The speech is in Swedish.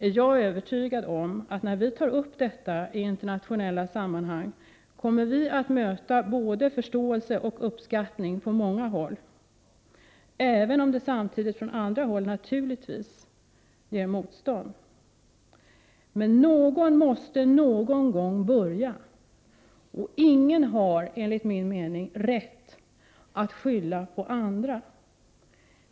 är jag övertygad om att när vi tar upp detta i internationella sammanhang kommer vi att möta både förståelse och uppskattning på många håll — även om det samtidigt från andra håll naturligtvis görs motstånd. Men någon måste någon gång börja, och ingen har enligt min mening rätt att skylla på andra.